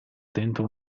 dentro